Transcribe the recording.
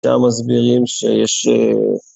אתה מסבירים שיש...